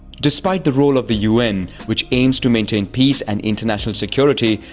despite the role of the un, which aims to maintain peace and international security,